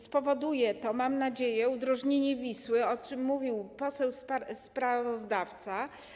Spowoduje to, mam nadzieję, udrożnienie Wisły, o czym mówił poseł sprawozdawca.